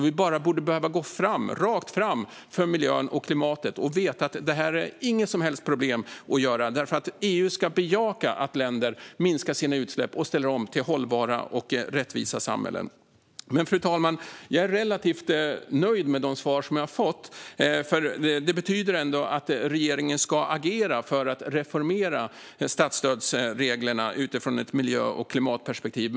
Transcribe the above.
Vi borde bara behöva gå rakt fram för miljön och klimatet och veta att det inte är något som helst problem att göra detta, eftersom EU ska bejaka att länder minskar sina utsläpp och ställer om till hållbara och rättvisa samhällen. Fru talman! Jag är relativt nöjd med de svar jag har fått. De betyder att regeringen ska agera för att reformera statsstödsreglerna utifrån ett miljö och klimatperspektiv.